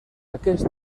aquest